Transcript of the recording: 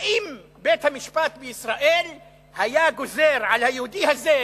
האם בית-המשפט בישראל היה גוזר על היהודי הזה,